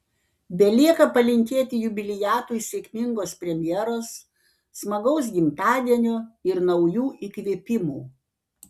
belieka palinkėti jubiliatui sėkmingos premjeros smagaus gimtadienio ir naujų įkvėpimų